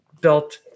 built